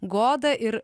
godą ir